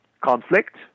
conflict